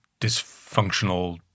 dysfunctional